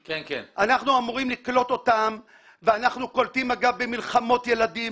אנחנו אמורים לקלוט אותם ואנחנו קולטים במלחמות ילדים.